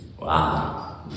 Wow